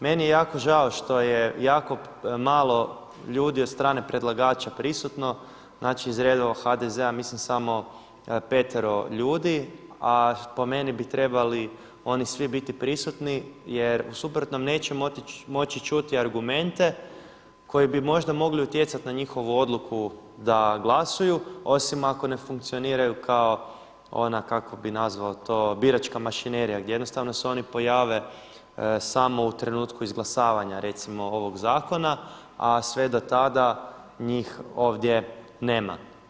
Meni je jako žao što je jako malo ljudi od strane predlagača prisutno, znači iz redova HDZ-a mislim samo petero ljudi, a po meni bi trebali oni svi biti prisutni jer u suprotnom neće moći čuti argumente koji bi možda mogli utjecati na njihovu odluku da glasuju osim ako ne funkcioniraju kao ona kako bih nazvao to biračka mašinerija gdje jednostavno se oni pojave samo u trenutku izglasavanja recimo ovog zakona, a sve do tada njih ovdje nema.